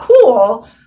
cool